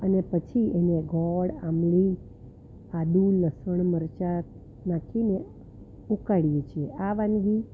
અને પછી એને ગોળ આંબલી આદું લસણ મરચાં નાખીને ઊકાળીએ છીએ આ વાનગી